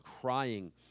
crying